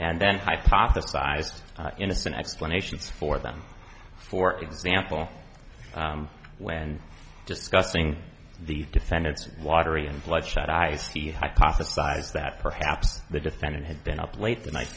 and then hypothesized innocent explanations for them for example when discussing the defendant's watery and bloodshot eyes he hypothesized that perhaps the defendant had been up late the night